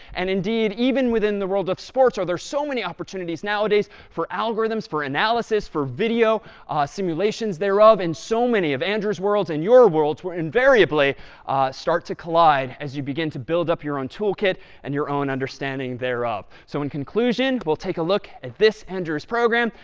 and, indeed, even within the world of sports, are there so many opportunities nowadays for algorithms, for analysis, for video simulations thereof, and so many of andrew's worlds and your worlds will invariably start to collide as you begin to build up your own toolkit and your own understanding thereof. so in conclusion, we'll take a look at this, andrews program.